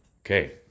Okay